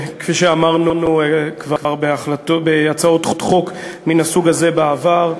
כפי שאמרנו כבר בהצעות חוק מן הסוג הזה בעבר,